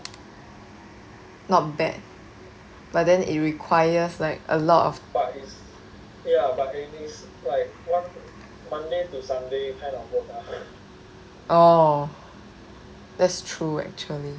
not bad but then it requires like a lot of orh that's true actually